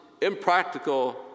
impractical